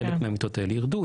חלק מהמיטות האלה ירדו.